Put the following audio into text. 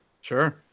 Sure